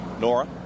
Nora